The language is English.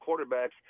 quarterbacks